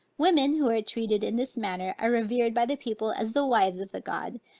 women who are treated in this manner are revered by the people as the wives of the gods,